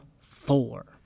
four